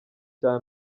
cya